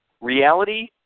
reality